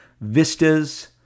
vistas